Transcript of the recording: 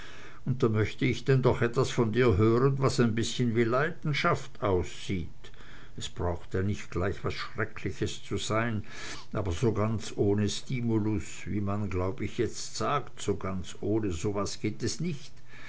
und da möcht ich denn doch etwas von dir hören was ein bißchen wie leidenschaft aussieht es braucht ja nicht gleich was schreckliches zu sein aber so ganz ohne stimulus wie man glaub ich jetzt sagt so ganz ohne so was geht es nicht